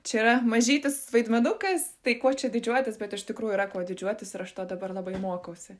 čia yra mažytis vaidmenukas tai kuo čia didžiuotis bet iš tikrųjų yra kuo didžiuotis ir aš to dabar labai mokausi